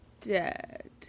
Dead